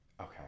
Okay